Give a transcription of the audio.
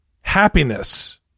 happiness